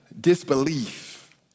Disbelief